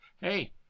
hey